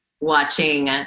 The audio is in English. watching